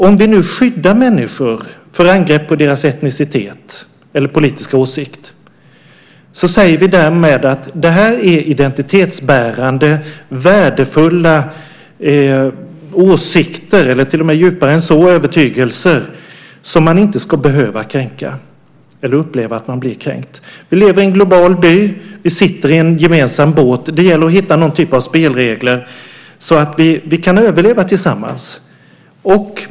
Om vi nu skyddar människor för angrepp på deras etnicitet eller politiska åsikt säger vi därmed att det här är identitetsbärande, värdefulla åsikter eller, till och med djupare än så, övertygelser, som man inte ska behöva uppleva att man blir kränkt för. Vi lever i en global by. Vi sitter i en gemensam båt. Det gäller att hitta någon typ av spelregler så att vi kan överleva tillsammans.